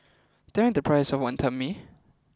Tell me the price of Wantan Mee